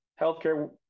healthcare